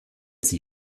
sie